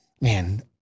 man